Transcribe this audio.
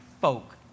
folk